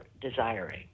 desiring